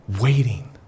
waiting